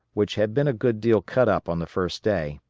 which had been a good deal cut up on the first day,